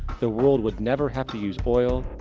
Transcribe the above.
the world would never have to use oil,